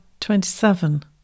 Twenty-seven